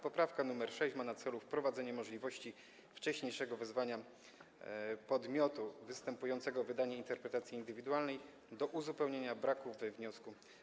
Poprawka nr 6 ma na celu wprowadzenie możliwości wcześniejszego wezwania podmiotu występującego o wydanie interpretacji indywidualnej do uzupełnienia braku we wniosku.